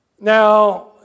Now